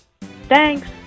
Thanks